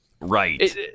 Right